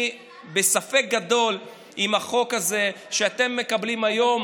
ואני בספק גדול אם החוק הזה שאתם מקבלים היום